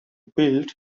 built